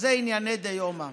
אלה ענייני דיומא.